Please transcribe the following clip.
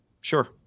Sure